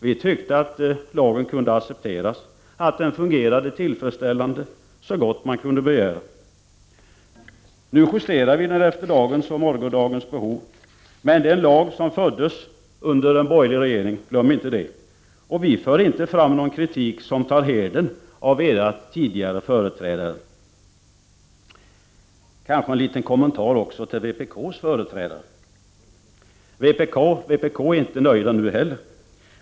Vi tyckte att lagen kunde accepteras. Också vi ansåg att den fungerade tillfredsställande — så gott man kunde begära. Nu justerar vi lagen efter dagens och morgondagens behov, men det är en lag som föddes under en borgerlig regering. Glöm inte det! Vi för inte fram någon kritik som tar hedern av era företrädare. Kanske en liten kommentar också till vpk:s företrädare. Inom vpk är man inte nöjd nu heller.